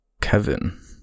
kevin